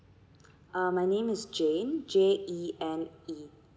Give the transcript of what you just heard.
uh my name is jene J E N E